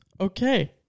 Okay